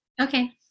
Okay